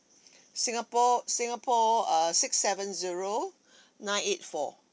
singapore singapore uh six seven zero nine eight four